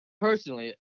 personally